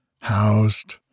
housed